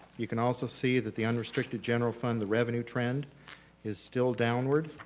you can also see that the unrestricted general fund, the revenue trend is still downward